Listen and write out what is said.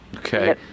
Okay